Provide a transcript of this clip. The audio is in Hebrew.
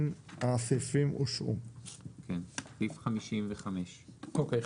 הצבעה אושרו סעיף 55. אוקיי.